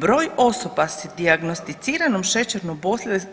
Broj osoba s dijagnosticiranom šećernom